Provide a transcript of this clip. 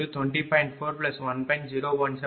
417 kWph